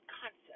concept